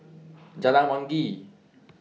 Jalan Wangi